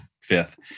fifth